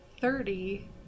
thirty